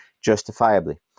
justifiably